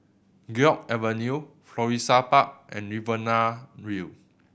Guok Avenue Florissa Park and Riverina View